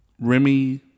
Remy